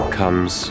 comes